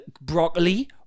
Broccoli